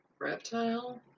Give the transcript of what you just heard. Reptile